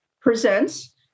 presents